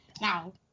Now